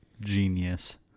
Genius